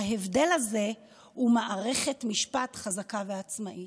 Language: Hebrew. ההבדל הזה הוא מערכת משפט חזקה ועצמאית.